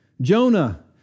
Jonah